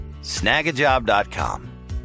Snagajob.com